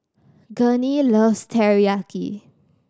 Gurney loves Teriyaki